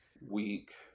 week